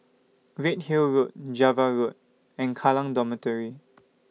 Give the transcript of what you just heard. Redhill Road Java Road and Kallang Dormitory